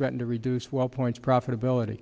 threaten to reduce well points profitability